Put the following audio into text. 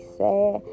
sad